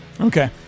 Okay